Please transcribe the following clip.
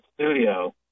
studio